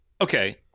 Okay